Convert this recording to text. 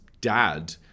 dad